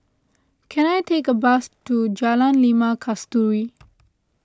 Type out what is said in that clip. can I take a bus to Jalan Limau Kasturi